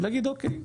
נגיד, אוקיי.